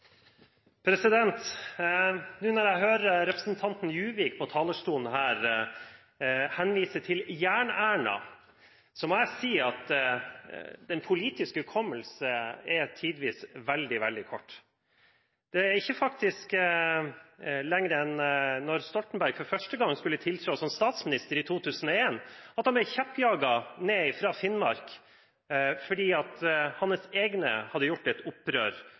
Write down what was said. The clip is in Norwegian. Juvik på talerstolen her henvise til Jern-Erna, må jeg si at den politiske hukommelse tidvis er veldig, veldig kort. Det er faktisk ikke lenger siden enn da Stoltenberg for første gang skulle tiltre som statsminister i 2001, at han ble kjeppjaget fra Finnmark fordi hans egne hadde gjort et opprør